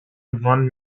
wand